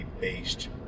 based